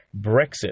Brexit